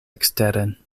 eksteren